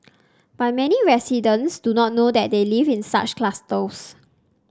but many residents do not know that they live in such clusters